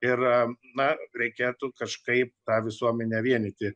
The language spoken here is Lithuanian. ir na reikėtų kažkaip tą visuomenę vienyti